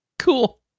cool